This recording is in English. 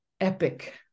epic